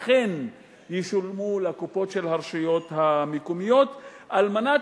אכן ישולמו לקופות של הרשויות המקומיות על מנת